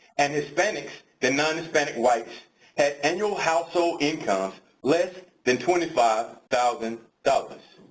and hispanics than non-hispanic whites had annual household incomes less than twenty five thousand dollars.